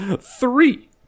three